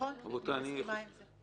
נכון, אני מסכימה עם זה.